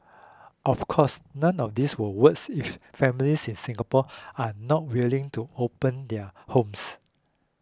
of course none of this will works if families in Singapore are not willing to open their homes